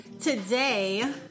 today